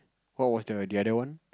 what was the other one